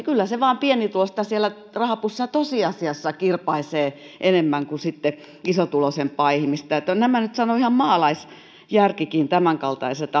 kyllä pienituloista siellä rahapussissa tosiasiassa kirpaisee enemmän kuin sitten isotuloisempaa ihmistä nämä nyt sanoo ihan maalaisjärkikin tämänkaltaiset